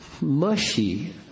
mushy